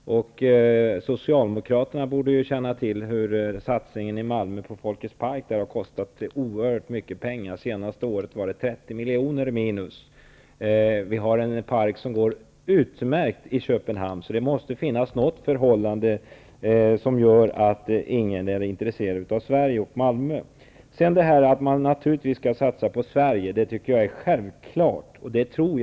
Socialdemokraterna borde känna till att satsningen på Folkets park i Malmö har kostat oerhört mycket pengar. Senaste året uppgick underskottet till 30 miljoner. Parken i Köpenhamn däremot går utmärkt. Det måste alltså finnas en anledning till att ingen är intresserad av Det sägs att man naturligtvis skall satsa på Sverige. Också jag tycker att det är en självklarhet att man skall göra det.